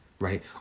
right